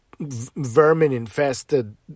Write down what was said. vermin-infested